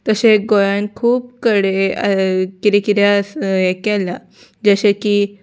तशें गोंयान खूब कडेन किदें किदें आसा हें केल्या जशें की